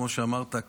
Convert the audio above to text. כמו שאמרת,